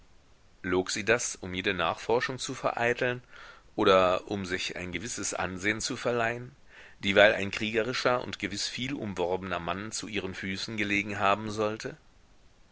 log sie das um jede nachforschung zu vereiteln oder um sich ein gewisses ansehen zu verleihen dieweil ein kriegerischer und gewiß vielumworbener mann zu ihren füßen gelegen haben sollte